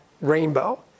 rainbow